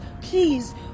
please